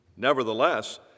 Nevertheless